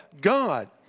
God